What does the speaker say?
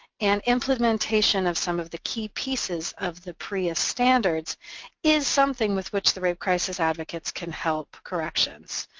and implementation of some of the key pieces of the prea standards is something with which the rape crisis advocates can help corrections.